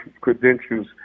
credentials